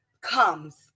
comes